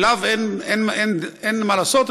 אתו אין מה לעשות,